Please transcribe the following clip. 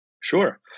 Sure